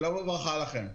שלום לכם.